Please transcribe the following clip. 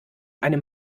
einem